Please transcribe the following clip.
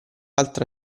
altra